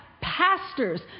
pastors